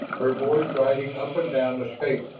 her voice riding up and down the scale.